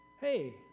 hey